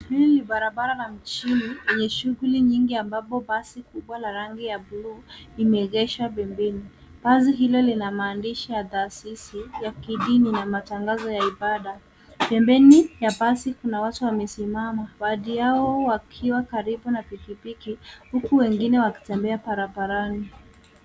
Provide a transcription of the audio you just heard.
Hii ni barabara la mjini, yenye shughuli nyingi ambapo basi kubwa la rangi ya buluu imeegeshwa pembeni. Basi hilo lina maandishi ya taasisi ya kidini na matangazo ya ibada. Pembeni ya basi kuna watu wamesimama, baadhi yao wakiwa karibu na pikipiki, huku wengine wakitembea barabarani.